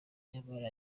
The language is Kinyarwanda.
nyamara